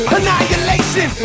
Annihilation